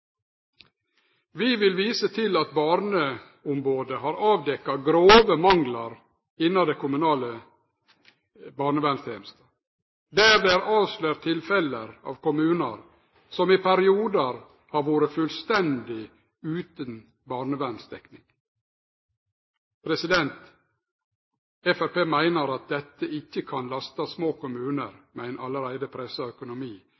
Vi vil vise til at barneombodet har avdekt grove manglar innan den kommunale barnevernstenesta. Det er avslørt tilfelle der kommunar i periodar har vore fullstendig utan barnevernsdekning. Framstegspartiet meiner at dette ikkje kan lastast små kommunar med ein allereie pressa økonomi,